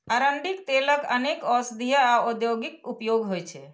अरंडीक तेलक अनेक औषधीय आ औद्योगिक उपयोग होइ छै